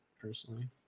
personally